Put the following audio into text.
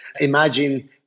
Imagine